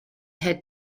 had